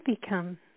become